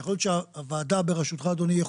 יכול להיות שהוועדה בראשותך אדוני,